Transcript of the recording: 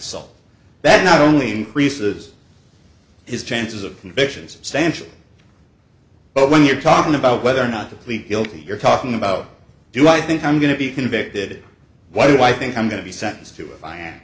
assault that not only increases his chances of conviction substantial but when you're talking about whether or not to plead guilty you're talking about do i think i'm going to be convicted what do i think i'm going to be sentenced to if i am